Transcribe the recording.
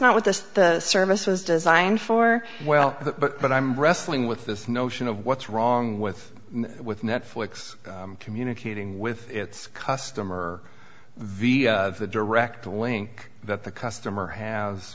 not what this the service was designed for well but i'm wrestling with this notion of what's wrong with with netflix communicating with its customer via the direct link that the customer ha